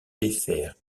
défaire